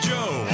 Joe